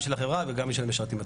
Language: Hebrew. בשביל החברה וגם בשביל המשרתים עצמם.